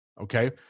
okay